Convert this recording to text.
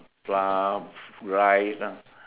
flour rice ah